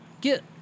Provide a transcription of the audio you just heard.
get